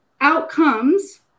outcomes